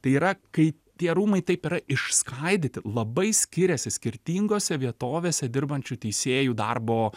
tai yra kai tie rūmai taip yra iš skaidyti labai skiriasi skirtingose vietovėse dirbančių teisėjų darbo